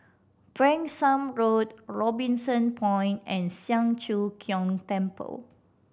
Branksome Road Robinson Point and Siang Cho Keong Temple